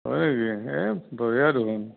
হয় নেকি এহ বঢ়িয়া দেখোন